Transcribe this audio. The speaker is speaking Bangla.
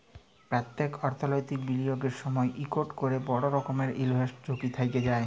প্যত্তেক অথ্থলৈতিক বিলিয়গের সময়ই ইকট ক্যরে বড় রকমের ইলভেস্টমেল্ট ঝুঁকি থ্যাইকে যায়